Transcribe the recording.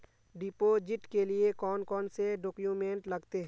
Deposit के लिए कौन कौन से डॉक्यूमेंट लगते?